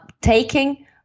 taking